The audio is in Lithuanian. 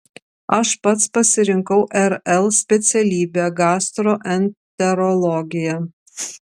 aš pats pasirinkau rl specialybę gastroenterologiją